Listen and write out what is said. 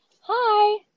Hi